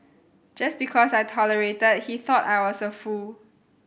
just because I tolerated he thought I was a fool